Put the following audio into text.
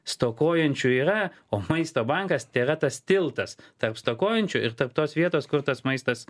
stokojančių yra o maisto bankas tėra tas tiltas tarp stokojančių ir tarp tos vietos kur tas maistas